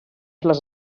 les